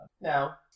Now